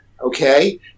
okay